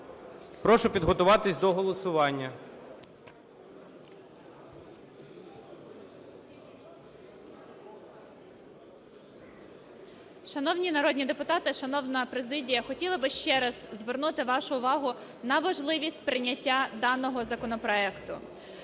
Прошу підготуватися до голосування.